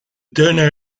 donor